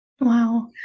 Wow